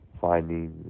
finding